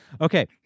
okay